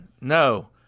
No